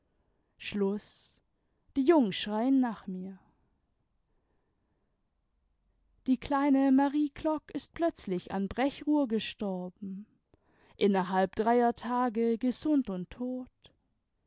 die jungen schreien nach mir die kleine marie klock ist plötzlich an brechruhr gestorben innerhalb dreier tage gesund und tot